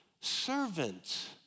servants